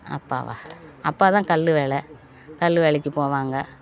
அப்பாவா அப்பாதான் கல் வேலை கல் வேலைக்கு போவாங்க